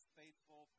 faithful